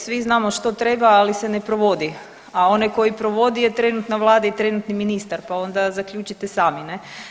Je svi znamo što treba, ali se ne provodi, a onaj koji provodi je trenutno vlada i trenutni ministar pa onda zaključite sami ne.